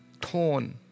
torn